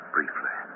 Briefly